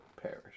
perish